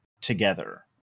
together